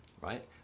right